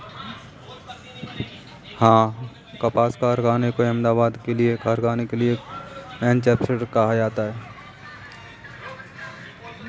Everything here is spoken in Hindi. कपास कारखानों के कारण अहमदाबाद को भारत का मैनचेस्टर कहते हैं